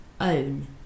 own